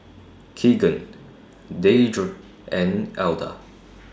Keegan Deirdre and Alda